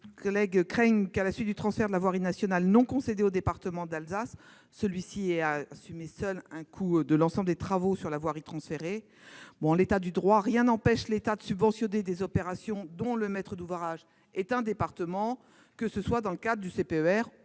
collègues craignent que, à la suite du transfert de la voirie nationale non concédée au département d'Alsace, celui-ci ait à assumer seul le coût de l'ensemble des travaux sur la voirie transférée. En l'état du droit, rien n'empêche l'État de subventionner des opérations dont le maître d'ouvrage est un département, que ce soit dans le cadre du CPER